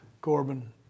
Corbin